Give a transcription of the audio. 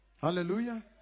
Hallelujah